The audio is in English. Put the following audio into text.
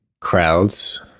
Crowds